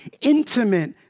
intimate